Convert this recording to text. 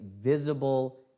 visible